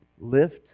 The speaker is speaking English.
Lift